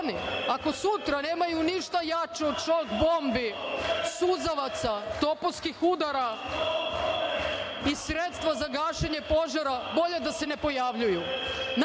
ako sutra nemaju ništa jače od šok bombi, suzavaca, topovskih udara i sredstva za gašenje požara, bolje da se ne pojavljuju.